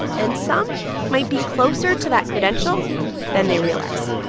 and some might be closer to that credential than they realize